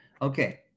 Okay